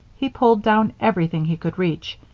he pulled down everything he could reach,